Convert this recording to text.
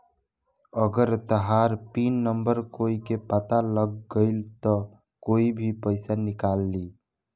अगर तहार pin number कोई के पता लाग गइल त कोई भी पइसा निकाल ली